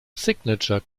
signature